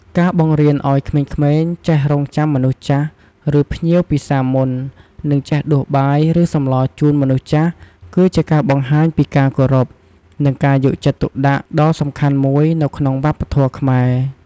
ការបង្រៀនឲ្យក្មេងៗចេះរង់ចាំមនុស្សចាស់ ឬភ្ញៀវពិសាមុន និងចេះដួសបាយ ឬសម្លរជូនមនុស្សចាស់ គឺជាការបង្ហាញពីការគោរព និងការយកចិត្តទុកដាក់ដ៏សំខាន់មួយនៅក្នុងវប្បធម៌ខ្មែរ។